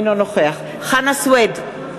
אינו נוכח חנא סוייד,